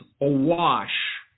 awash